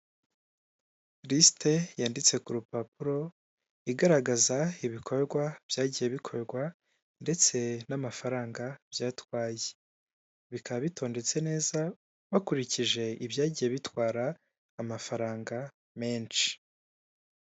Risite yanditse ku rupapuro, igaragaza ibikorwa byagiye bikorwa ndetse n'amafaranga byatwaye, bikaba bitondetse neza, bakurikije ibyagiye bitwara amafaranga menshi.